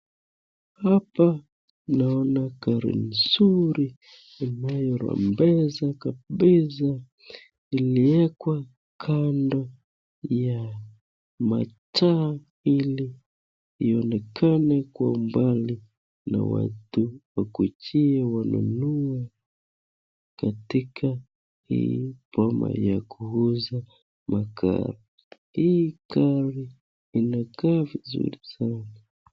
Hapa naona gari nzuri inayopendeza kabisa, iliwekwa kando ya mataa ili ionekane kwa umbali na watu wakujie wanunue katika hii boma ya kuuza magari. Hii gari inakaa vizuri sana.